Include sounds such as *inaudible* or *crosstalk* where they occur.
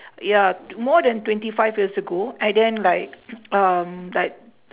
ya more than twenty five years ago and then like *coughs* um like